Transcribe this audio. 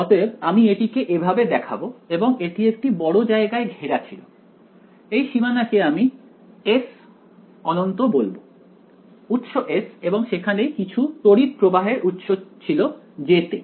অতএব আমি এটিকে এভাবে দেখাবো এবং এটি একটি বড় জায়গায় ঘেরা ছিল এই সীমানা কে আমি S∞ বলব উৎস S এবং সেখানে কিছু তড়িৎ প্রবাহের উৎস ছিল J তে